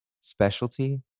specialty